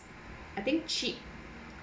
I think cheap